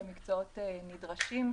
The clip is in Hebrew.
במקצועות נדרשים,